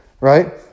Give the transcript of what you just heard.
Right